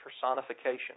personification